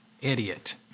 idiot